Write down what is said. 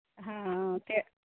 हॅं तऽ